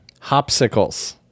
Hopsicles